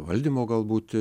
valdymo galbūt